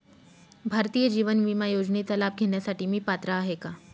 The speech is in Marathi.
भारतीय जीवन विमा योजनेचा लाभ घेण्यासाठी मी पात्र आहे का?